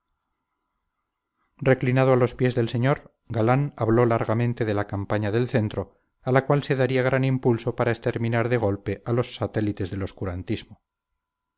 reclinado a los pies del señor galán habló largamente de la campaña del centro a la cual se daría gran impulso para exterminar de golpe a los satélites del